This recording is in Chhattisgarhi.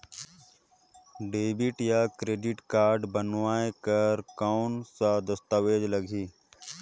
डेबिट या क्रेडिट कारड बनवाय बर कौन का दस्तावेज लगही?